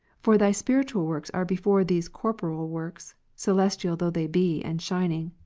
for thy spiritual works are before these corporeal works, celestial though they be, and shining.